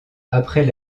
après